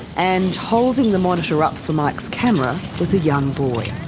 and holding the monitor up for mike's camera was a young boy,